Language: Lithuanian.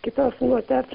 kitos moters